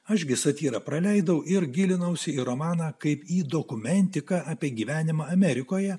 aš gi satyrą praleidau ir gilinausi į romaną kaip į dokumentiką apie gyvenimą amerikoje